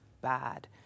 bad